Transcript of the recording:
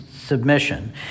Submission